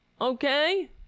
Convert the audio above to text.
Okay